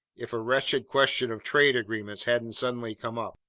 if a wretched question of trade agreements hadn't suddenly come up.